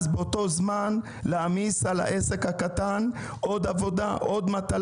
האם באותו זמן להעמיס על העסק הקטן עוד מטלה?